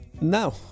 no